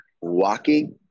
walking